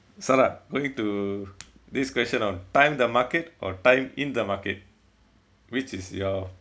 sala going to this question on time the market or time in the market which is your